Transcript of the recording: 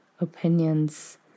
opinions